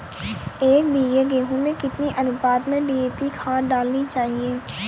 एक बीघे गेहूँ में कितनी अनुपात में डी.ए.पी खाद डालनी चाहिए?